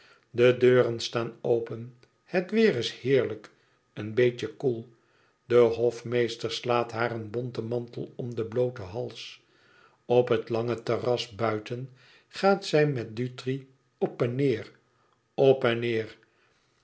de deuren staan open het weêr is heerlijk een beetje koel de hofmeester slaat haar een bonten mantel om den blooten hals op het lange terras buiten gaat zij met dutri op en neêr op en neêr